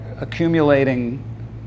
accumulating